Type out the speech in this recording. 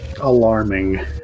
alarming